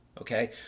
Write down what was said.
okay